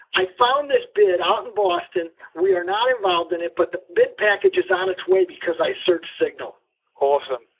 i found this bid out in boston. we're not involved in it, but the bid package is on its way because i searched signal pete awesome,